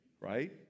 right